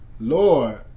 Lord